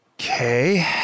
Okay